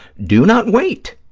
do not wait.